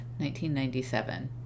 1997